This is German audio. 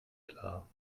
klar